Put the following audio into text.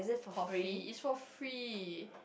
coffee is for free